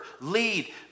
lead